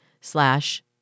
slash